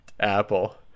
apple